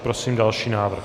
Prosím další návrh.